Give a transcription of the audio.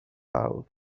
out